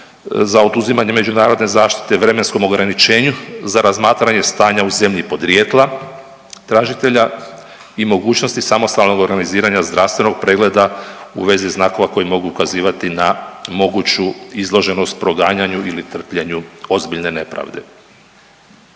za oduzimanje međunarodne zaštite, vremenskom ograničenju za razmatranje stanja u zemlji podrijetla tražitelja i mogućnosti samostalnog organiziranja zdravstvenog pregleda u vezi znakova koji mogu ukazivati na moguću izloženost, proganjanju ili trpljenju ozbiljne nepravde.